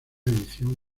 edición